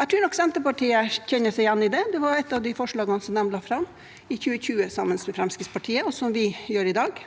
Jeg tror nok Senterpartiet kjenner seg igjen i dette. Dette var et av de forslagene de la fram i 2020, sammen med Fremskrittspartiet, slik vi gjør i dag.